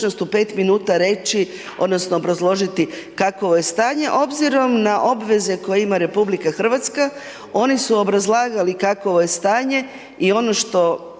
mogućnost u 5 min reći, odnosno, obrazložiti kakvo je s tanje, obzirom na obveze koje ima RH, oni su obrazlagali kakvo je stanje i ono što